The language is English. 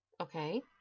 Okay